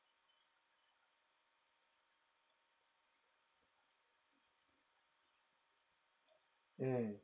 mm